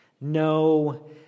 No